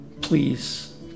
Please